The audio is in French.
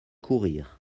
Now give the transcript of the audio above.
courir